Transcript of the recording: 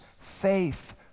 faith